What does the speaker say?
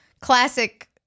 classic